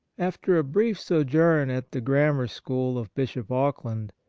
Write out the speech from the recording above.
after a brief sojourn at the grammar school of bishop auckland,